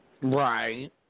Right